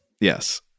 Yes